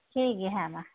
ᱴᱷᱤᱠ ᱜᱮᱭᱟ ᱦᱮᱸ ᱢᱟ ᱡᱚᱦᱟᱨ